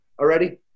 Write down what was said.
already